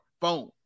phone